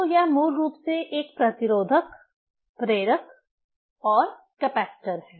तो यह मूल रूप से एक प्रतिरोधक प्रेरक और कैपेसिटर हैं